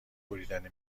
بریدن